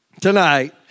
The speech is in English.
Tonight